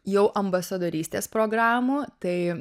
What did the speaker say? jau ambasadorystės programų tai